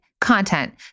content